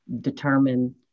determine